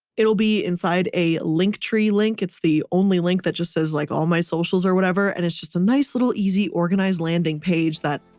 it'll be inside a linktree link. it's the only link that just says like all my socials or whatever. and it's just a nice little easy organized landing page that,